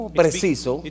preciso